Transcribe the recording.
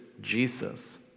Jesus